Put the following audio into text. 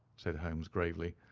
said holmes, gravely.